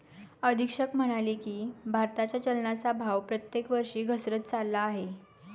अधीक्षक म्हणाले की, भारताच्या चलनाचा भाव प्रत्येक वर्षी घसरत चालला आहे